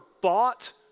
bought